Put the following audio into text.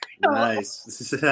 Nice